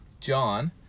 John